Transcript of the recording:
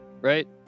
right